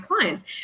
clients